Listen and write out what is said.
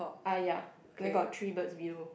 ah ya then got three birds view